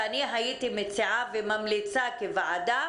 אני הייתי מציעה וממליצה כוועדה